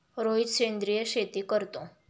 रोहित सेंद्रिय शेती करतो